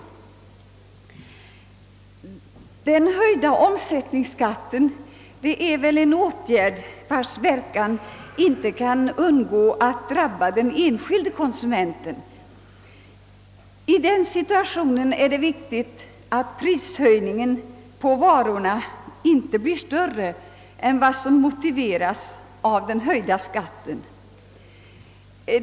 Den höjda omsättningsskatten är en åtgärd, vars verkan inte kan undgå att drabba den enskilde konsumenten. I denna situation är det viktigt att prishöjningen på varorna inte blir större än vad som motiveras av den höjda skatten.